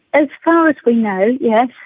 as far as we know, yeah